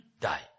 die